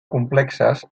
complexes